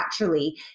naturally